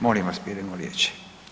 Molim vas, birajmo riječi.